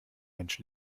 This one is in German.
mensch